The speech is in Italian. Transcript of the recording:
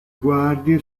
guardie